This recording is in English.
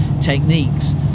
techniques